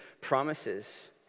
promises